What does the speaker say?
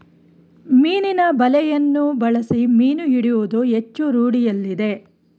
ಮೀನಿನ ಬಲೆಯನ್ನು ಬಳಸಿ ಮೀನು ಹಿಡಿಯುವುದು ಹೆಚ್ಚು ರೂಢಿಯಲ್ಲಿದೆ